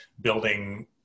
building